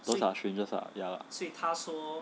those are strangers lah ya lah